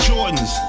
Jordans